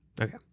Okay